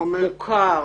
מוכר,